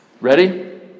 Ready